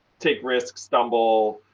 take risks, stumble,